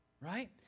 right